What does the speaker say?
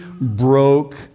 broke